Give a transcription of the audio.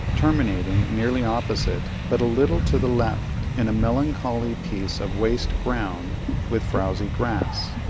terminating, nearly opposite, but a little to the left, in a melancholy piece of waste ground with frowzy grass,